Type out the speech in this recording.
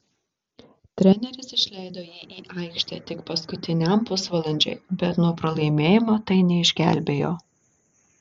treneris išleido jį į aikštę tik paskutiniam pusvalandžiui bet nuo pralaimėjimo tai neišgelbėjo